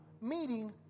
meeting